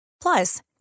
Plus